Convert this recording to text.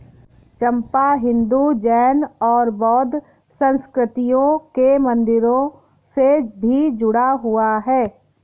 चंपा हिंदू, जैन और बौद्ध संस्कृतियों के मंदिरों से भी जुड़ा हुआ है